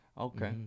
Okay